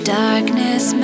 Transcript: darkness